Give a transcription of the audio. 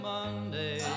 Monday